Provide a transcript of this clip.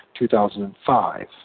2005